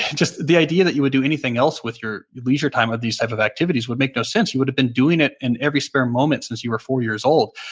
just the idea that you would do anything else with your leisure time of these types of activities would make no sense. you would have been doing it in every spare moment since you were four years old.